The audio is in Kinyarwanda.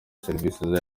serivisi